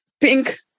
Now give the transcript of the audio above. pink